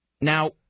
now